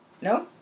No